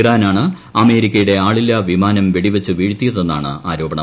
ഇറാനാണ് അമേരിക്കയുടെ അളില്ലാ വിമാനം വെടിവെച്ച് വീഴ്ത്തിയതെന്നാണ് ആരോപണം